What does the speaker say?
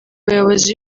bayobozi